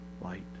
light